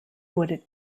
wurde